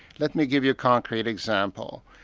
let me give you a concrete example.